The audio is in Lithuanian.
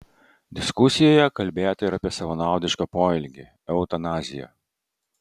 diskusijoje kalbėta ir apie savanaudišką poelgį eutanaziją